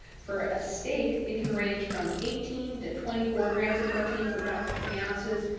for a steak, it can range from eighteen to twenty four grams of protein for about three ounces.